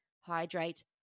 hydrate